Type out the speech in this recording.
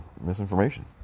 misinformation